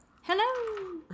hello